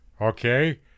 Okay